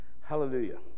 Hallelujah